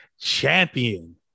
champion